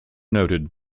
noted